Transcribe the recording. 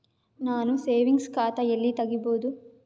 ನಾನು ಸೇವಿಂಗ್ಸ್ ಖಾತಾ ಎಲ್ಲಿ ತಗಿಬೋದು?